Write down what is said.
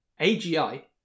AGI